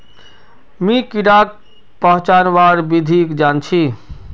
मी कीडाक पहचानवार विधिक जन छी